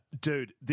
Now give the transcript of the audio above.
Dude